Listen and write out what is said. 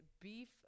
beef